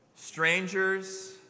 Strangers